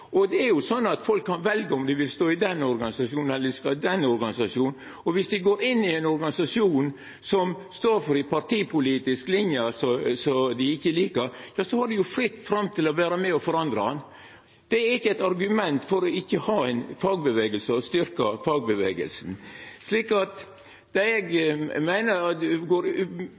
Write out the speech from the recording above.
men det er jo i det heile ingen andre av organisasjonane som dekkjer halvparten av arbeidslivet. Det er sånn at folk kan velja om dei vil stå i den organisasjonen eller i den organisasjonen, og viss dei går inn i ein organisasjon som står for ei partipolitisk linje som dei ikkje likar, er det fritt fram å vera med og forandra han. Det er ikkje eit argument for ikkje å ha ein fagbevegelse og styrkja fagbevegelsen. Eg synest det